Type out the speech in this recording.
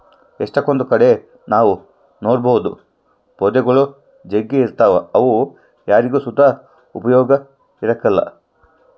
ಎಷ್ಟಕೊಂದ್ ಕಡೆ ನಾವ್ ನೋಡ್ಬೋದು ಪೊದೆಗುಳು ಜಗ್ಗಿ ಇರ್ತಾವ ಅವು ಯಾರಿಗ್ ಸುತ ಉಪಯೋಗ ಇರಕಲ್ಲ